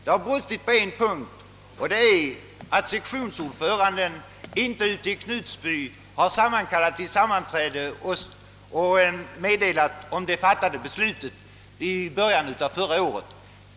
Det har brustit på en punkt: sektionsordföranden i Knutby kallade inte till sammanträde för att lämna meddelande om det beslut som fattats i början av förra året.